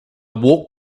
walked